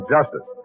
Justice